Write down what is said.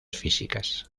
físicas